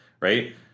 Right